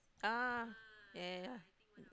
ah yeah yeah yeah